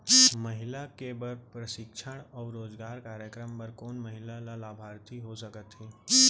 महिला के बर प्रशिक्षण अऊ रोजगार कार्यक्रम बर कोन महिला ह लाभार्थी हो सकथे?